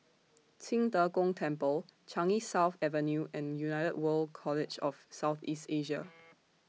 Qing De Gong Temple Changi South Avenue and United World College of South East Asia